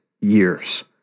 years